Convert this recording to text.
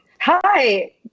Hi